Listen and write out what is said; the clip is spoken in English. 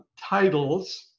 titles